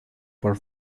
por